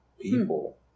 people